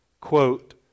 quote